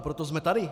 Proto jsme tady.